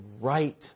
right